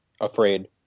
Afraid